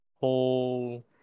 whole